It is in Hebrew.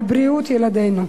על בריאות ילדינו.